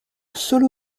solo